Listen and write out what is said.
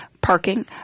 parking